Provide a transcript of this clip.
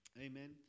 Amen